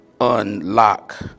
unlock